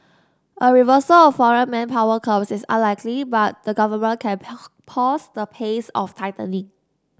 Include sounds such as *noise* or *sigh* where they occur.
a reversal of foreign manpower curbs is unlikely but the government can *unintelligible* pause the pace of tightening